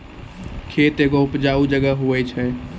खेत एगो उपजाऊ जगह होय छै